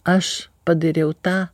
aš padariau tą